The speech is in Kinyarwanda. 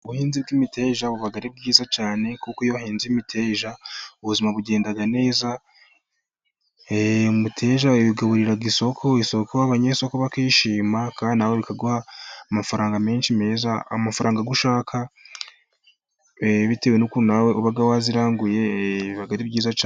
Ubuhinzi bw'imiteja buba ari bwiza cyane, kuko iyo wahinze imiteja, ubuzima bugenda neza. Imiteja bayigaburira isoko, isoko, abanyesoko bakishima, kandi nawe bikaguha amafaranga menshi meza, amafaranga ushaka bitewe n'ukuntu nawe uba wayiranguye, biba ari byiza cyane.